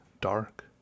Dark